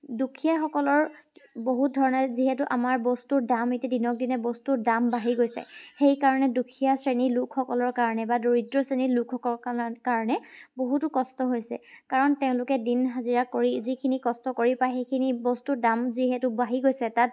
দুখীয়াসকলৰ বহুত ধৰণে যিহেতু আমাৰ বস্তুৰ দাম এতিয়া দিনক দিনে বস্তুৰ দাম বাঢ়ি গৈছে সেইকাৰণে দুখীয়া শ্ৰেণীৰ লোকসকলৰ কাৰণে বা দৰিদ্ৰ শ্ৰেণীৰ লোকসকলৰ কাৰণে বহুতো কষ্ট হৈছে কাৰণ তেওঁলোকে দিন হাজিৰা কৰি যিখিনি কষ্ট পায় সেইখিনি বস্তু দাম যিহেতু বাঢ়ি গৈছে তাত